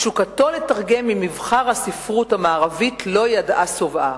תשוקתו לתרגם ממבחר הספרות המערבית לא ידעה שובעה.